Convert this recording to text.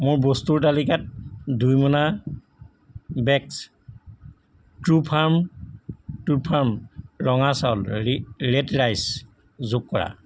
মোৰ বস্তুৰ তালিকাত দুই মোনা বেকছ ট্ৰুফাৰ্ম টুৰফাম ৰঙা চাউল ৰি ৰেদ ৰাইচ যোগ কৰা